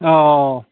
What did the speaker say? अ